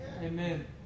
Amen